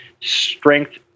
strength